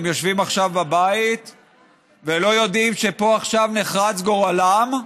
הם יושבים עכשיו בבית ולא יודעים שפה עכשיו נחרץ גורלם.